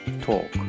Talk